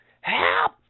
help